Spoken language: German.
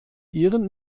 ihren